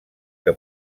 que